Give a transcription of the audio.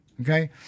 Okay